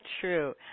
True